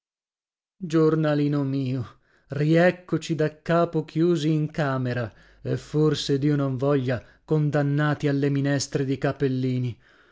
giornalino mio rieccoci daccapo chiusi in camera e forse dio non voglia condannati alle minestre di capellini